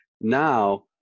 Now